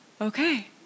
okay